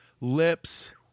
lips